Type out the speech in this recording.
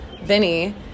Vinny